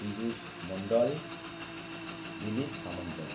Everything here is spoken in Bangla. পীযূষ মণ্ডল দিলীপ সামন্ত